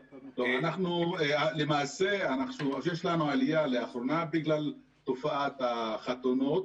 למעשה יש לנו עלייה לאחרונה בגלל תופעת החתונות.